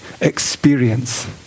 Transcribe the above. experience